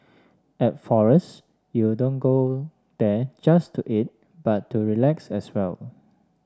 at Forest you don't go there just to eat but to relax as well